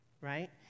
right